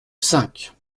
cinq